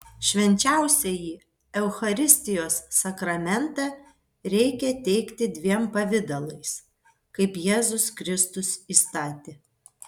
švenčiausiąjį eucharistijos sakramentą reikia teikti dviem pavidalais kaip jėzus kristus įstatė